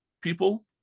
people